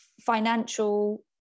financial